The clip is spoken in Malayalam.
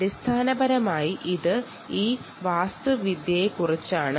അടിസ്ഥാനപരമായി ഇത് ഈ ആർക്കിട്ടെക്ച്ചറിനെ കുറിച്ചാണ്